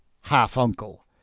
half-uncle